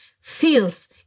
feels